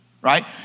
Right